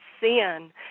sin